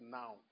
now